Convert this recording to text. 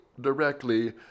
directly